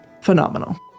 phenomenal